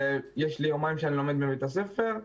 יש לי יומיים שאני לומד בבית הספר.